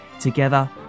Together